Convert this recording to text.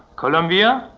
colombia,